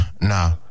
nah